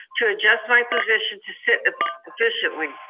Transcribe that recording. to adjust my position to sit efficiently.